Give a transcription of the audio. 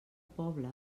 poble